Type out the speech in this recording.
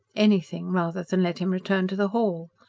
anything rather than let him return to the hall.